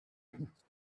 but